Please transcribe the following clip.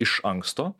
iš anksto